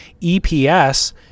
eps